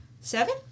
Seven